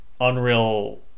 unreal